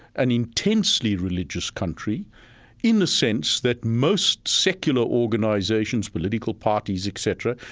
an intensely religious country in the sense that most secular organizations, political parties, etc,